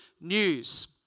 news